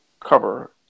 cover